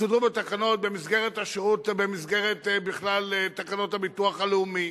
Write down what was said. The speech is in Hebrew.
במסגרת השירות, במסגרת בכלל תקנות הביטוח הלאומי.